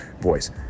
voice